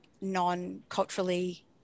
non-culturally